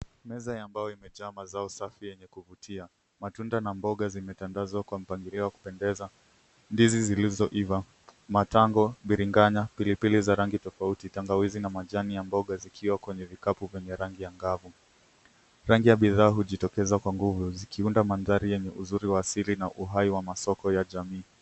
Meza ya mbao imejaa mazao safi yenye kuvutia. Matunda na mboga zimetandazwa kwa mpangilio wa kupendeza. Ndizi zilizoiva, matango, biringanya, pilipili za rangi tofauti, tangawizi na majani ya mboga zikiwa kwenye vikapu vyenye rangi angavu. Rangi ya bidhaa hujitokeza kwa nguvu zikiunda mandhari ya uzuri wa asili na uhai wa masoko ya jamii.